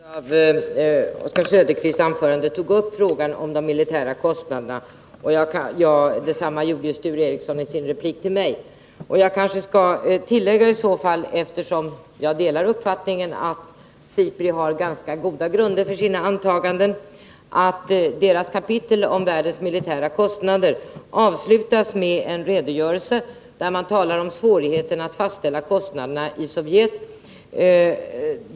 Herr talman! En stor del av Oswald Söderqvists anförande upptogs av fördelningen av de militära kostnaderna, och Sture Ericson berörde dem i sin replik till mig. Jag kanske därför skall tillägga, eftersom jag delar uppfattningen att SIPRI har ganska goda grunder för sina antaganden, att dess kapitel om världens militära kostnader avslutas med en redogörelse för svårigheterna att fastställa rustningskostnaderna i Sovjet.